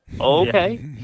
okay